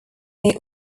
may